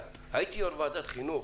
הייתי יושב ראש ועדת חינוך,